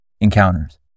encounters